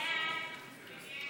9